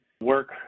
Work